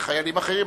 וגם אחרים.